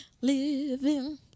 living